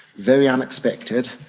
very unexpected,